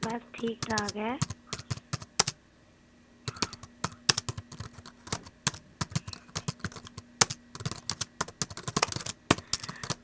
बस ठीक ठाक ऐ